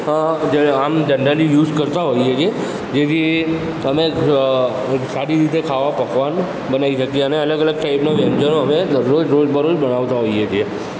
અં જ આમ generally use કરતા હોઇએ છીએ જેથી અમે અ સારી રીતે ખાવા પકવવાનું બનાવી શકીએ અને અલગ અલગ ટાઇપનાં વ્યંજનો અમે દરરોજ રોજ બરોજ બનાવતા હોઇએ છીએ